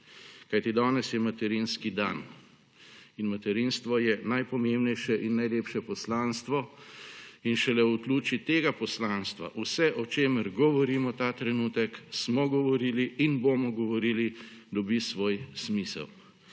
Kajti danes je materinski dan in materinstvo je najpomembnejše in najlepše poslanstvo in šele v luči tega poslanstva vse, o čemer govorimo ta trenutek, smo govorili in bomo govorili, dobi svoj smisel.